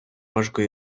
важко